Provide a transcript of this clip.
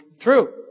true